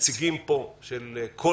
נציגי כל הסיעות,